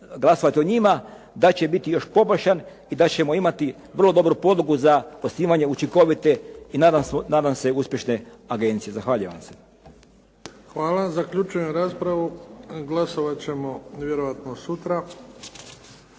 glasovati o njima, da će biti još poboljšan i da ćemo imati vrlo dobru podlogu za osnivanje učinkovite i nadam se uspješne agencije. Zahvaljujem vam se. **Bebić, Luka (HDZ)** Hvala. Zaključujem raspravu. Glasovat ćemo vjerovatno sutra.